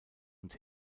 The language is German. und